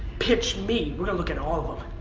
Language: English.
pitch me. we're gonna look at all of them.